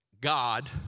God